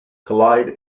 collide